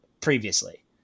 previously